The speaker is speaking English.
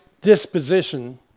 disposition